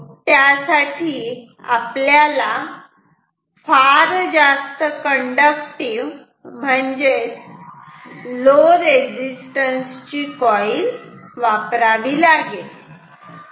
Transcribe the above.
आणि त्यासाठी आपल्याला फार जास्त कंडक्टिव्ह म्हणजे लो रेझिस्टन्स ची कॉईल वापरावी लागेल